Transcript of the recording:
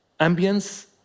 ambience